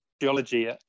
geology